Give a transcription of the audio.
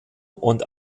und